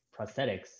prosthetics